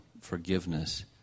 forgiveness